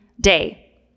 day